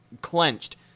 clenched